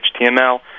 HTML